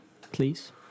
please